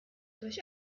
durch